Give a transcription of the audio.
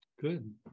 Good